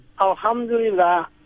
Alhamdulillah